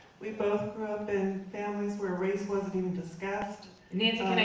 we both grew up in families where race wasn't even discussed. nancy, you know